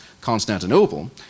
Constantinople